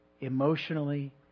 emotionally